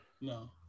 No